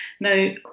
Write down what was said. Now